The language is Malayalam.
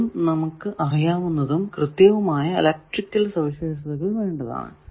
അതും നമുക്ക് അറിയാവുന്നതും കൃത്യവുമായ ഇലെക്ട്രിക്കൽ സവിശേഷതകൾ വേണ്ടതാണ്